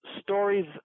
stories